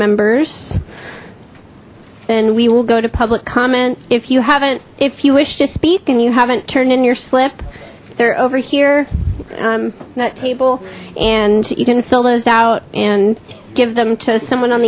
members and we will go to public comment if you haven't if you wish to speak and you haven't turned in your slip they're over here that table and you can fill those out and give them to someone on